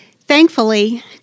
Thankfully